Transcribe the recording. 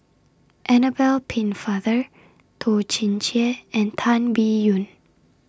Annabel Pennefather Toh Chin Chye and Tan Biyun